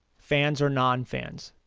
fans or non-fans.